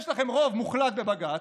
יש לכם רוב מוחלט בבג"ץ,